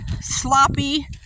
sloppy